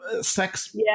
sex